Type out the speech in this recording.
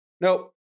Nope